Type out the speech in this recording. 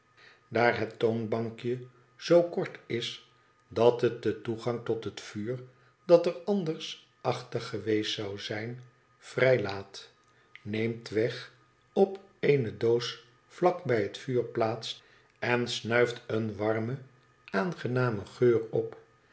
daar het toonbankje zoo kort is dat het den toegang tot het vuur dat anders achter geweest zou zijn vrij laat neemt wegg op eene doos vlak bij het vuur plaats en snuift een warmen aangenamen geur op